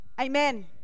Amen